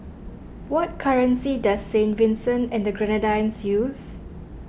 what currency does Saint Vincent and the Grenadines use